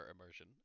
immersion